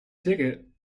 ticket